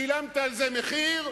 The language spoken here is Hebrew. שילמת על זה מחיר,